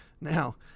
Now